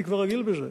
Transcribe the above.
אני כבר רגיל בזה.